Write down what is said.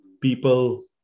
people